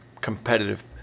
competitive